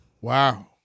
Wow